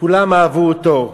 כולם אהבו אותו,